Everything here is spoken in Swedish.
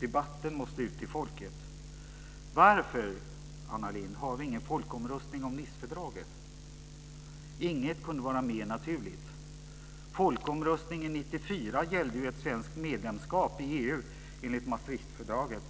Debatten måste ut till folket. Varför, Anna Lindh, har vi ingen folkomröstning om Nicefördraget? Inget kunde vara mer naturligt. Folkomröstningen 1994 gällde ju ett svenskt medlemskap i EU enligt Maastrichtfördraget.